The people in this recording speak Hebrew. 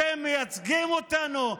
אתם מייצגים אותנו.